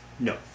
No